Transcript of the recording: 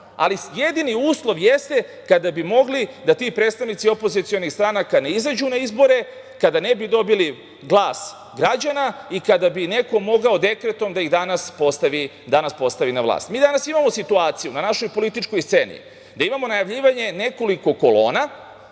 ali jedini uslov jeste kada bi mogli da ti predstavnici opozicionih stranaka ne izađu na izbore, kada ne bi dobili glas građana i kada bi neko mogao dekretom da ih danas postavi na vlast. Danas imamo situaciju na našoj političkoj sceni da imamo najavljivanje nekoliko kolona